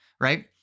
Right